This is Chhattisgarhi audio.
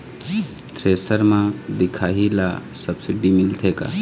थ्रेसर म दिखाही ला सब्सिडी मिलथे का?